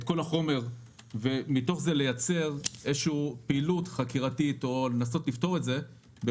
כל החומר ומתוך זה לייצר פעילות של חקירה או לנסות לפתור את זה,